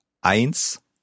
Eins